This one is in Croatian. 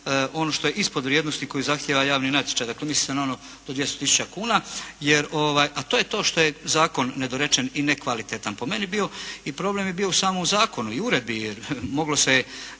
ono što je ispod vrijednosti koju zahtijeva javni natječaj. Dakle, misli se na ono do 200 000 kuna, a to je to što je zakon nedorečen i nekvalitetan po meni bio i problem bi bio u samom zakonu i uredbi jer moglo se